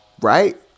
Right